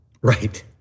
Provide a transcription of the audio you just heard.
Right